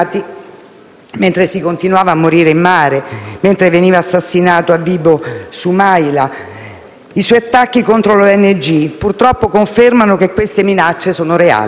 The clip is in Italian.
mentre si continuava a morire in mare e mentre veniva assassinato a Vibo Soumalya, e i suoi attacchi contro le ONG purtroppo confermano che queste minacce sono reali.